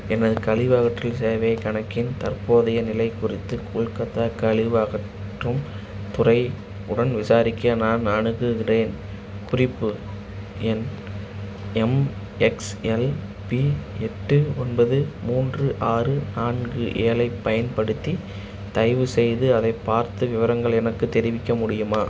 எனது கழிவு அகற்றல் சேவைக் கணக்கின் தற்போதைய நிலை குறித்து கொல்கத்தா கழிவு அகற்றும் துறை உடன் விசாரிக்க நான் அணுகுகிறேன் குறிப்பு எண் எம்எக்ஸ்எல்பி எட்டு ஒன்பது மூன்று ஆறு நான்கு ஏழைப் பயன்படுத்தி தயவுசெய்து அதைப் பார்த்து விவரங்கள் எனக்குத் தெரிவிக்க முடியுமா